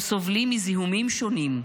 והם סובלים מזיהומים שונים,